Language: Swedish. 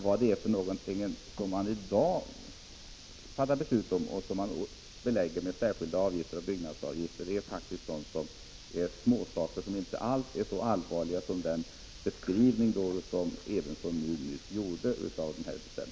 Vad man i dag fattar beslut om och som beläggs med särskilda avgifter är faktiskt småsaker, som inte alls är så viktiga som Rune Evenssons redogörelse nyss för bestämmelserna gav vid handen.